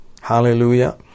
Hallelujah